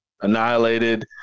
annihilated